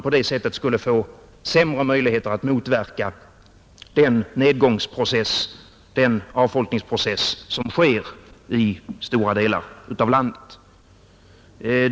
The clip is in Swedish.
På det sättet skulle det bli sämre möjligheter att motverka den nedgångsprocess och den avfolkningsprocess som sker i stora delar av landet.